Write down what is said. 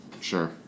sure